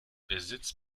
besitz